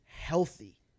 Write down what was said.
healthy